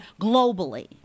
globally